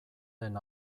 den